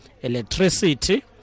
electricity